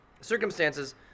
circumstances